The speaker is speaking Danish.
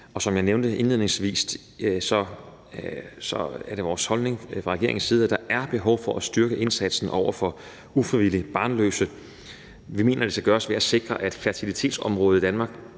2. Som jeg nævnte indledningsvis, er det regeringens holdning, at der er behov for at styrke indsatsen over for ufrivilligt barnløse, og vi mener, det skal gøres ved at sikre, at fertilitetsområdet i Danmark